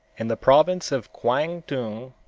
in the province of kwangtung